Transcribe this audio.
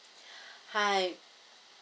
hi